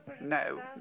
No